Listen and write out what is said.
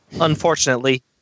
Unfortunately